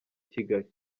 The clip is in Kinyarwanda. kigali